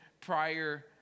prior